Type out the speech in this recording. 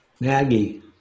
Maggie